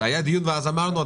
היה דיון ואז אמרנו,